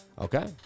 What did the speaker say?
Okay